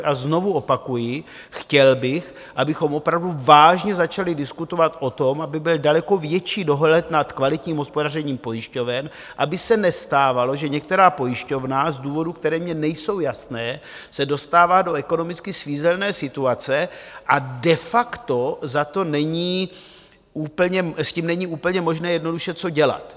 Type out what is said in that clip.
A znovu opakuji, chtěl bych, abychom opravdu vážně začali diskutovat o tom, aby byl daleko větší dohled nad kvalitním hospodařením pojišťoven, aby se nestávalo, že některá pojišťovna z důvodů, které mi nejsou jasné, se dostává do ekonomicky svízelné situace a de facto s tím není úplně možné jednoduše co dělat.